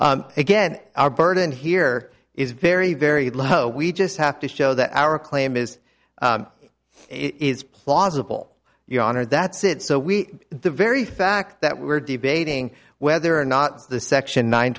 honor again our burden here is very very low we just have to show that our claim is it is plausible your honor that's it so we the very fact that we're debating whether or not the section nine